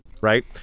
right